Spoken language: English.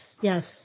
Yes